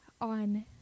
on